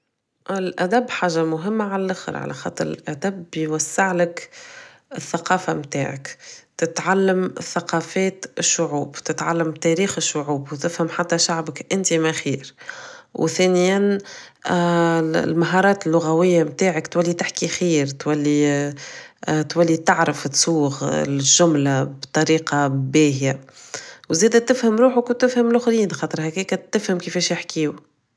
الادب حاجة مهمة علخر علاخاطر الادب يوسعلك الثقافة متاعك تتعلم الثقافات الشعوب تتعلم تاريخ الشعوب و تفهم حتى شعبك انت ماخير و ثانيا المهارات اللغوية متاعك تولي تحكي خير تولي تعرف تصوغ الجملة ب طريقة باهية و زادا تفهم روحك و تفهم لخرين خاطر هكاك تفهم كيفاش يحكيو